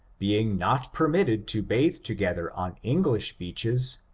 being not permitted to bathe together on english beaches,